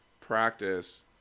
practice